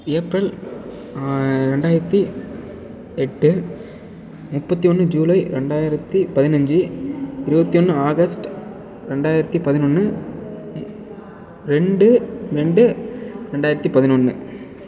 April இரண்டாயிரத்தி எட்டு முப்பத்தியொன்று ஜூலை இரண்டாயிரத்தி பதினஞ்சு இருபத்தியொன்று ஆகஸ்ட் இரண்டாயிரத்தி பதினொன்று ரெண்டு ரெண்டு இரண்டாயிரத்தி பதினொன்று